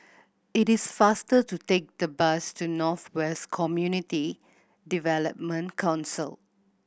it is faster to take the bus to North West Community Development Council